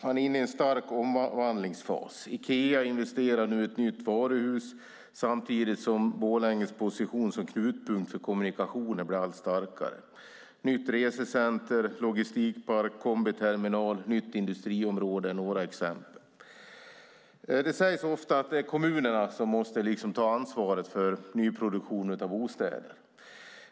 Man är inne i en stark omvandlingsfas. Ikea investerar nu i ett nytt varuhus. Samtidigt blir Borlänges position som knutpunkt för kommunikationer allt starkare. Nytt resecenter, logistikpark, kombiterminal och nytt industriområde är några exempel. Det sägs ofta att det är kommunerna som måste ta ansvaret för nyproduktion av bostäder.